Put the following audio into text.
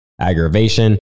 aggravation